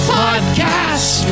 podcast